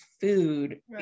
food